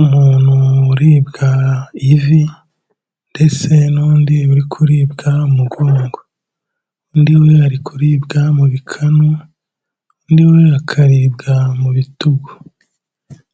Umuntu uribwa ivi ndetse n'undi uri kuribwa umugongo, undi wiwe ari kuribwa mu bikanu, undi we akaribwa mu bitugu